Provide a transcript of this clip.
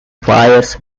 fires